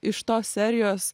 iš tos serijos